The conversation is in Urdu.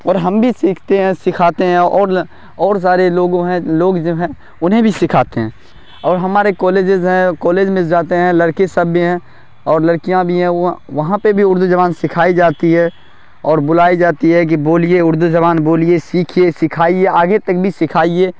اور ہم بھی سیکھتے ہیں سکھاتے ہیں اور اور سارے لوگوں ہیں لوگ جو ہیں انہیں بھی سکھاتے ہیں اور ہمارے کالجز ہیں کالج میں جاتے ہیں لڑکے سب بھی ہیں اور لڑکیاں بھی ہیں وہاں وہاں پہ بھی اردو زبان سکھائی جاتی ہے اور بلائی جاتی ہے کہ بولیے اردو زبان بولیے سیکھیے سکھائیے آگے تک بھی سکھائیے